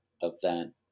event